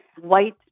white